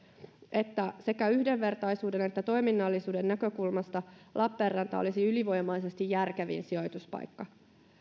että sekä yhdenvertaisuuden että toiminnallisuuden näkökulmasta lappeenranta olisi ylivoimaisesti järkevin sijoituspaikka